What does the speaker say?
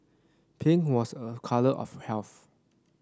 pink was a colour of health